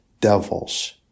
devils